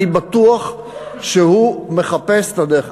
אני בטוח שהוא מחפש את הדרך.